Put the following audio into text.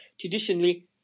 traditionally